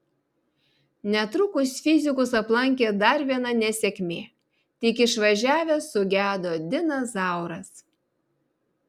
netrukus fizikus aplankė dar viena nesėkmė tik išvažiavęs sugedo dinas zauras